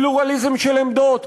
פלורליזם של עמדות,